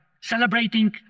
celebrating